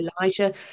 Elijah